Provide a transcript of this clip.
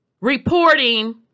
reporting